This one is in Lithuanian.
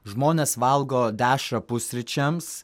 žmonės valgo dešrą pusryčiams